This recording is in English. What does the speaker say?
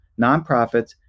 nonprofits